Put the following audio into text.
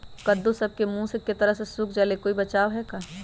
कददु सब के मुँह के तरह से सुख जाले कोई बचाव है का?